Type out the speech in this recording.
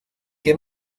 que